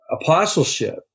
apostleship